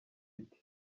iti